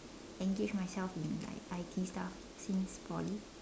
engage myself in like I_T stuff since Poly